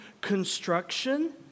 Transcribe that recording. construction